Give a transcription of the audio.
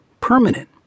permanent